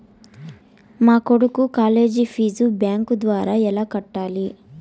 మా కొడుకు college fees bank ద్వారా ఎలా కట్టాలి?